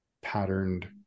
patterned